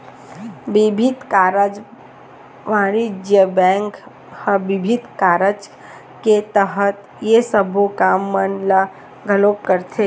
बिबिध कारज बानिज्य बेंक ह बिबिध कारज के तहत ये सबो काम मन ल घलोक करथे